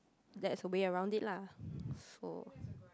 that's a way around it lah so